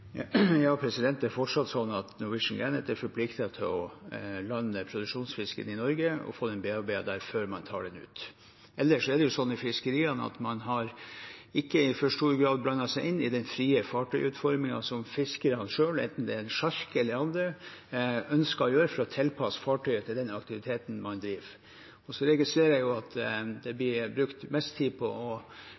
Det er fortsatt sånn at «Norwegian Gannet» er forpliktet til å lande produksjonsfisken i Norge og få den bearbeidet der før man tar den ut. Ellers er det sånn i fiskeriene at man ikke i for stor grad har blandet seg inn i den frie fartøyutformingen som fiskerne selv, enten det er en sjark eller annet, ønsker å gjøre for å tilpasse fartøyet til den aktiviteten man driver. Jeg registrerer at det blir brukt mest tid på å